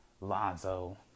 Lonzo